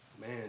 man